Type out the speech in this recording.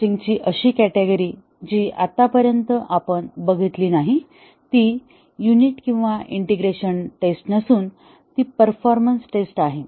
testing ची अशी category जी आतापर्यंत आपण बघितली नाही ती युनिट किंवा इंटिग्रेशन टेस्ट नसून ती परफॉर्मन्स टेस्ट आहे